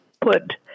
put